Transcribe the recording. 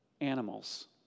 animals